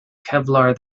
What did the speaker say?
kevlar